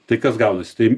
tai kas gaunasi tai